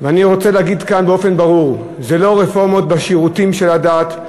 ואני רוצה להגיד כאן באופן ברור: זה לא רפורמות בשירותים של הדת,